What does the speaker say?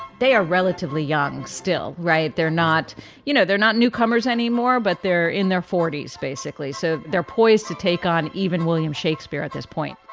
they are relatively young still right. they're not you know they're not newcomers anymore but they're in their forty s basically so they're poised to take on even william shakespeare at this point.